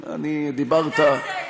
בסדר, דיברת, אל תעשה עיסה.